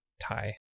tie